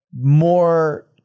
more